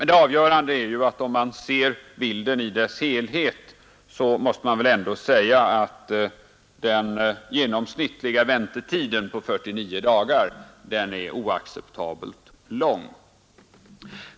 Det avgörande är ju om man ser bilden i dess helhet, att den genomsnittliga väntetiden på 49 dagar är oacceptabelt lång.